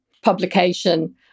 publication